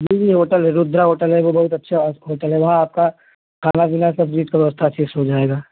जी जी होटल है रूद्रा होटल है वह बहुत अच्छा है होटल है वहाँ आपका खाना पीना सब चीज़ की व्यवस्था अच्छे से हो जाएगी